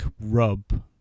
rub